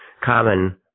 common